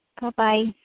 Bye-bye